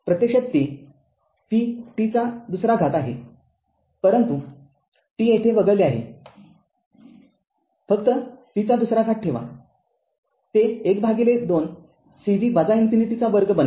प्रत्यक्षात ते v t २ आहेपरंतु t येथे वगळले आहे फक्त v२ ठेवा ते १२ c v इन्फिनिटी २ बनेल